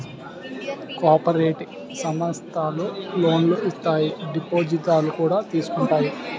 cooperative సమస్థలు లోనులు ఇత్తాయి దిపాజిత్తులు కూడా తీసుకుంటాయి